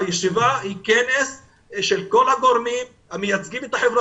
הישיבה היא כנס של כל הגורמים המייצגים את חברה